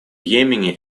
йемене